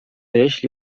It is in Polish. jeśli